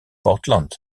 portland